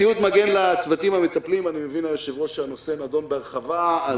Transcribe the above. ציוד מגן לצוותים המטפלים אני מבין מהיושב-ראש שהנושא נדון בהרחבה.